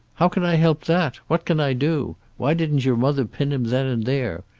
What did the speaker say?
how can i help that? what can i do? why didn't your mother pin him then and there?